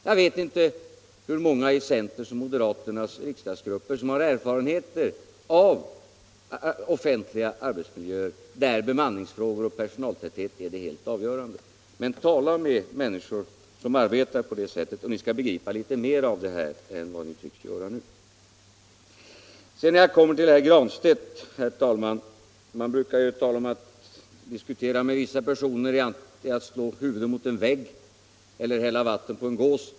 Jag vet inte hur många i centerns och moderaternas riksdagsgrupper som har erfarenheter av arbetsmiljöer, där bemanningsfrågor och personaltäthet är det helt avgörande. Men tala med människor som arbetar ute i sådana miljöer, och ni skall begripa litet mer än vad ni tycks göra nu. Jag kommer sedan till herr Granstedt, herr talman. Man brukar säga: Att diskutera med vissa personer är som att slå huvudet mot en vägg eller hälla vatten på en gås.